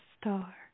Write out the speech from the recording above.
star